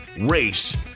race